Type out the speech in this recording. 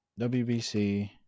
WBC